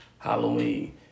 Halloween